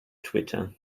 twitter